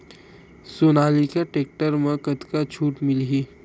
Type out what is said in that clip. Sonalika tractor म कतका छूट मिलही?